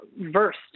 versed